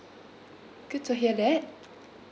good to hear that